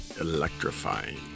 electrifying